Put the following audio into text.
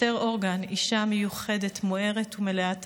אסתר הורגן, אישה מיוחדת, מוארת ומלאת אהבה.